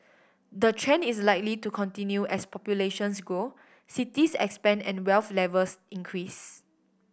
the trend is likely to continue as populations grow cities expand and wealth levels increase